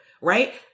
right